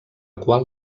qual